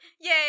yay